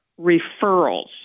referrals